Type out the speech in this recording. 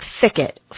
thicket